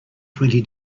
twenty